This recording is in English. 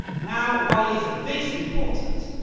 now why is this important?